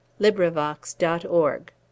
LibriVox.org